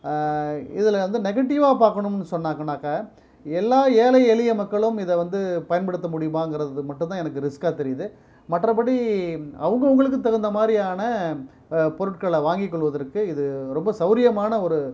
இதில் வந்து நெகட்டிவாக பார்க்கணும்னு சொன்னாக்கனாக்க எல்லா ஏழை எளிய மக்களும் இதை வந்து பயன்படுத்த முடியுமாங்கிறது மட்டும் தான் எனக்கு ரிஸ்க்காக தெரியுது மற்றபடி அவங்கவுங்களுக்கு தகுந்தமாதிரியான பொருட்களை வாங்கி கொள்வதற்கு இது ரொம்ப சௌகரியமான ஒரு